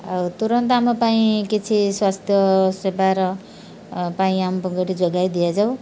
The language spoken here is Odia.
ଆଉ ତୁରନ୍ତ ଆମ ପାଇଁ କିଛି ସ୍ୱାସ୍ଥ୍ୟ ସେବାର ପାଇଁ ଆମକୁ ଯୋଗାଇ ଦିଆଯାଉ